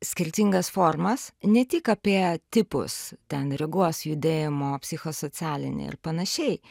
skirtingas formas ne tik apie tipus ten regos judėjimo psichosocialinė ir panašiai